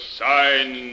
sign